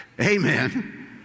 Amen